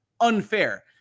unfair